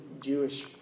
Jewish